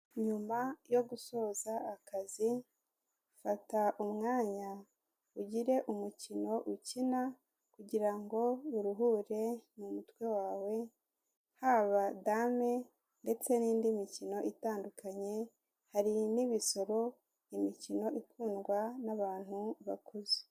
Nyuma yo gusoza akazi fata umwanya ugire umukino ukina kugira ngo uruhure mu mutwe wawe, haba dame ndetse n'indi mikino itandukanye, hari n'ibisoro, imikino ikundwa n'abantu bakuze.